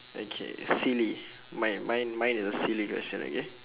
okay silly mi~ mi~ mine is a silly question okay